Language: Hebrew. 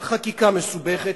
על חקיקה מסובכת,